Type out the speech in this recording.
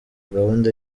gahunda